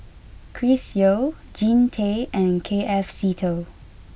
Chris Yeo Jean Tay and K F Seetoh